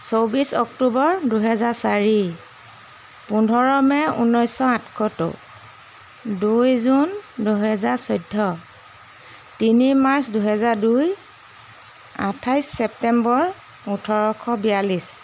চৌবিছ অক্টোবৰ দুহেজাৰ চাৰি পোন্ধৰ মে' ঊনৈছশ আঠসত্তৰ দুই জুন দুহেজাৰ চৈধ্য তিনি মাৰ্চ দুহেজাৰ দুই আঠাইছ ছেপ্টেম্বৰ ওঠৰশ বিয়াল্লিছ